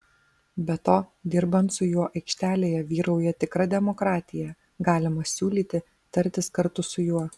be to dirbant su juo aikštelėje vyrauja tikra demokratija galima siūlyti tartis kartu su juo